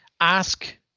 ask